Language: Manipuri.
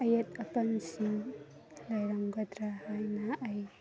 ꯑꯌꯦꯠ ꯑꯄꯟꯁꯤꯡ ꯂꯩꯔꯝꯒꯗ꯭ꯔꯥ ꯍꯥꯏꯅ ꯑꯩ